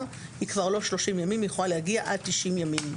היא כבר לא 30 ימים יכולה להגיע עד 90 ימים.